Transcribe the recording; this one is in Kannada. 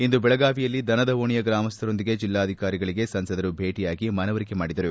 ಇಂದು ಬೆಳಗಾವಿಯಲ್ಲಿ ದನದ ಓಣಿಯ ಗ್ರಮಸ್ಥರೊಂದಿಗೆ ಜಿಲ್ಲಾಧಿಕಾರಿಗಳಿಗೆ ಸಂಸದರು ಭೇಟಿಯಾಗಿ ಮನವರಿಕೆ ಮಾಡಿದರು